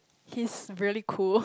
his really cool